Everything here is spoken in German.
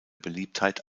beliebtheit